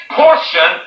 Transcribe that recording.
portion